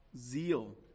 zeal